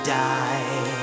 die